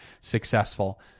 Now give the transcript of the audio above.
successful